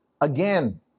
Again